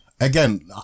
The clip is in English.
again